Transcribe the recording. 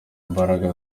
imbaraga